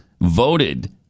voted